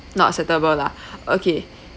not acceptable lah okay